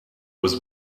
was